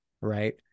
right